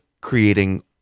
creating